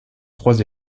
trois